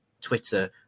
twitter